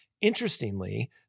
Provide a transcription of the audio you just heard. interestingly—